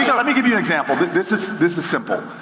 yeah let me give you an example. but this is this is simple.